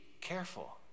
careful